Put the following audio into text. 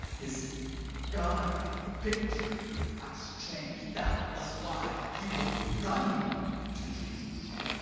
his god picture has changed. that was why he was running to jesus.